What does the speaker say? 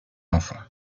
enfants